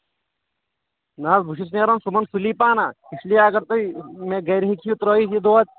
نہ حظ بہٕ چھُس نیران صُبحَن سُلی پَہم ہہ اس لیے اَگر تُہۍ مےٚ گرِ ہیٚکہِ ہِوۍ ترٲوِتھ یہِ دۄد